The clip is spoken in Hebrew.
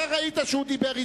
אתה ראית שהוא דיבר אתו.